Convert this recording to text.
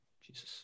Jesus